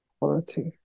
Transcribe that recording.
quality